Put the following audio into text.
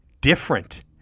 different